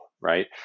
right